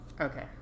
okay